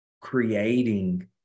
creating